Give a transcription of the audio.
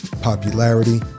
popularity